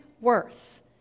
worth